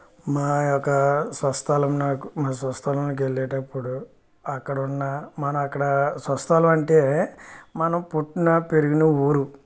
మా యొక్క స్వస్థలమునకు మా స్వస్థలానికి వెళ్ళేటప్పుడు అక్కడ ఉన్న మన అక్కడ స్వస్థలం అంటే మనం పుట్టిన పెరిగిన ఊరు